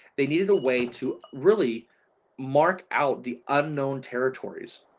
they needed a way to really mark out the unknown territories.